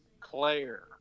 Claire